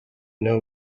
know